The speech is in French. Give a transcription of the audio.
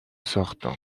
sorte